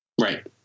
Right